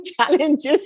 challenges